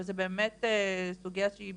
זאת באמת סוגייה שהיא